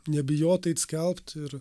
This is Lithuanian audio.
nebijot eit skelbt ir